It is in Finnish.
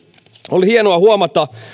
oli hienoa huomata